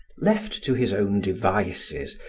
left to his own devices,